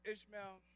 Ishmael